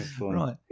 Right